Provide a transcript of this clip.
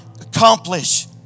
accomplish